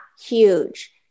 Huge